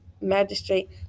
magistrate